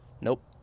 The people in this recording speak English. Nope